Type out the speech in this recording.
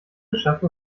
schaffe